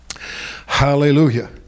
Hallelujah